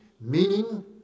meaning